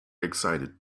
excited